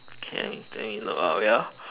okay let me look wait ah